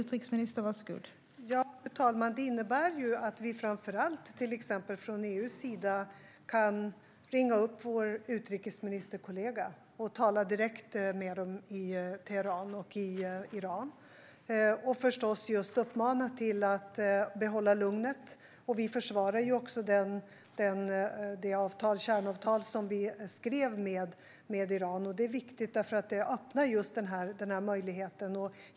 Fru talman! Den innebär ju att vi framför allt, till exempel från EU:s sida, kan ringa upp vår utrikesministerkollega och tala direkt med Teheran och Iran - och förstås just uppmana till att behålla lugnet. Vi försvarar det kärnavtal vi skrev med Iran. Det är viktigt eftersom det just öppnar den här möjligheten.